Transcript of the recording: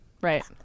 right